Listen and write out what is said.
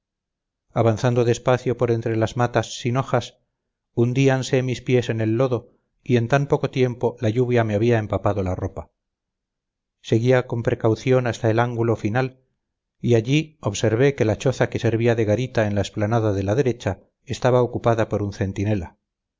avanzando despacio por entre las matas sin hojas hundíanse mis pies en el lodo y en tan poco tiempo la lluvia me había empapado la ropa seguía con precaución hasta el ángulo final y allí observé que la choza que servía de garita en la explanada de la derecha estaba ocupada por un centinela